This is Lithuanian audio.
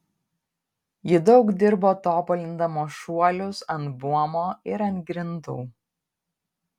ji daug dirbo tobulindama šuolius ant buomo ir ant grindų